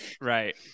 right